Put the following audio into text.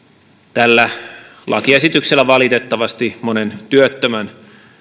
tällä lakiesityksellä valitettavasti monen työttömän